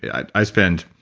i spend,